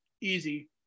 easy